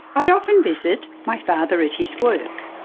i would often visit my father at his work.